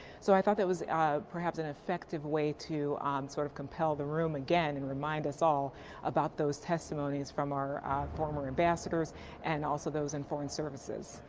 so i thought that was ah an effective way to um sort of compel the room again and remind us all about those testimonies from our former ambassadors and also those in foreign services.